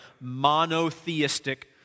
monotheistic